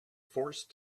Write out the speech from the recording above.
forced